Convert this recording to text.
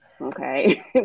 okay